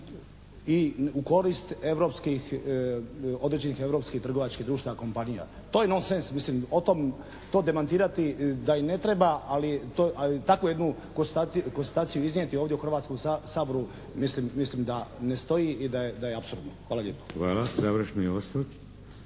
europskih, određenih europskih trgovačkih društava, kompanija. To je nonsense, mislim, o tom, to demantirati da i ne treba, ali takvu jednu konstataciju iznijeti ovdje u Hrvatskom saboru mislim da ne stoji i da je apsurdno. Hvala lijepo. **Šeks,